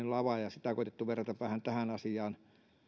lama ja sitä on koetettu verrata vähän tähän asiaan